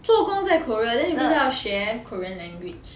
做工在 korea then 你不是要学 korean language